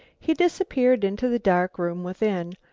he disappeared into the dark room within.